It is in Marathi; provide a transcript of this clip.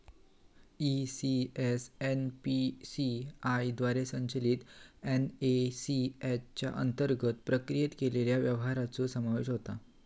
ई.सी.एस.एन.पी.सी.आय द्वारे संचलित एन.ए.सी.एच च्या अंतर्गत प्रक्रिया केलेल्या व्यवहारांचो समावेश होता